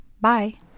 Bye